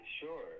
sure